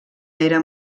era